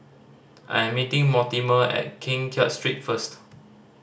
I am meeting Mortimer at King Kiat Street first